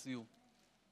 סיום.